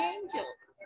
Angels